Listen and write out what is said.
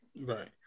Right